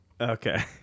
Okay